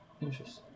Interesting